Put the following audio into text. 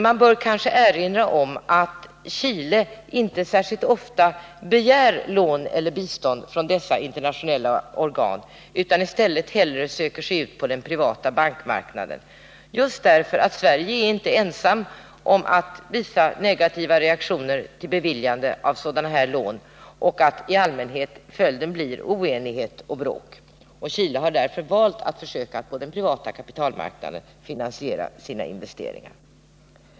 Jag bör kanske erinra om att Chile inte särskilt ofta begär lån eller bistånd från dessa internationella organ utan i stället hellre söker sig ut på den privata bankmarknaden, just därför att Sverige inte är ensamt om att visa negativa reaktioner mot beviljande av sådana här lån och därför att det i allmänhet blir oenighet och bråk. Chile har därför valt att genom den privata kapitalmarknaden finansiera sina investeringar.